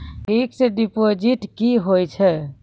Fixed deposit की होय छै?